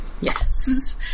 Yes